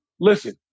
listen